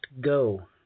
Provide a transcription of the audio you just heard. go